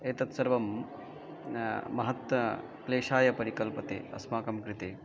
एतत् सर्वं महत् क्लेशाय परिकल्पते अस्माकं कृते